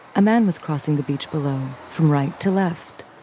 a man was crossing the beach below from right to left.